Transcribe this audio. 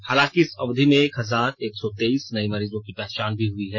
हालांकि इस अवधि में एक हजार एक सौ तेइस नए मरीजों की पहचान भी हुई है